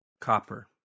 Copper